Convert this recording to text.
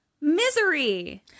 Misery